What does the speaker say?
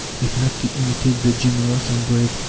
if not to imitate, the generous and brave.